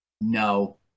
No